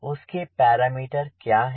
उसके पैरामीटर क्या है